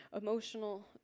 emotional